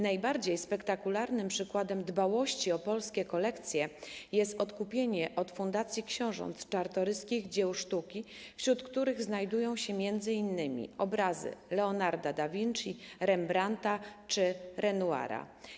Najbardziej spektakularnym przykładem dbałości o polskie kolekcje jest odkupienie od Fundacji Książąt Czartoryskich dzieł sztuki, wśród których znajdują się m.in. obrazy Leonarda da Vinci, Rembrandta czy Renoira.